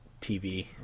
tv